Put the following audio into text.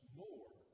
more